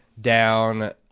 down